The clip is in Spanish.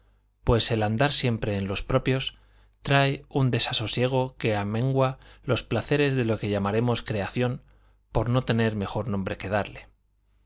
pues el andar siempre en los propios trae un desasosiego que amengua los placeres de lo que llamaremos creación por no tener mejor nombre que darle